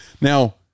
now